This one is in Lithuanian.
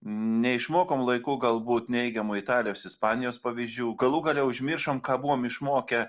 neišmokom laiku galbūt neigiamų italijos ispanijos pavyzdžių galų gale užmiršom ką buvom išmokę